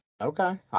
Okay